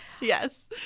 yes